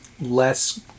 less